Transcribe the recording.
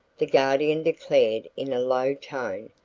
the guardian declared in a low tone,